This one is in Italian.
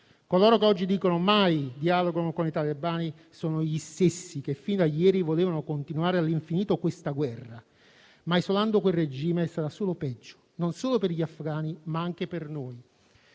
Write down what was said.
Coloro che oggi dicono «mai dialogo con i talebani» sono gli stessi che fino a ieri volevano continuare all'infinito questa guerra, ma isolando quel regime sarà solo peggio, non solo per gli afghani, ma anche per noi.